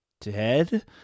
dead